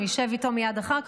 הוא ישב איתו מייד אחר כך.